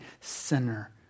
sinner